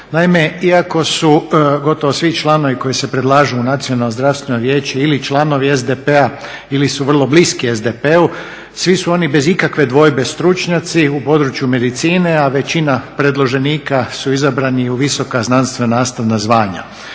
iako su gotovo svi članovi koji se predlažu u Nacionalno zdravstveno vijeće ili članovi SDP-a ili su vrlo bliski SDP-u svi su oni bez ikakve dvojbe stručnjaci u području medicine, a većina predloženika su izabrani u visoka znanstvena nastavna zvanja.